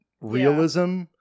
realism